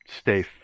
stay